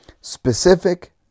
specific